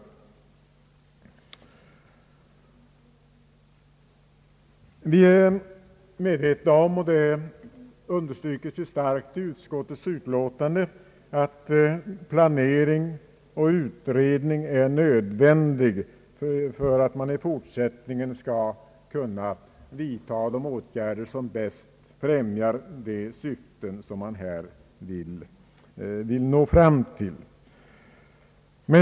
Vi är medvetna om — det understryks även starkt i utskottets utlåtande — att planering och utredning är nödvändiga ting för att i fortsättningen de åtgärder skall kunna vidtas som bäst främjar de syften som vi vill förverkliga.